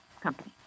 company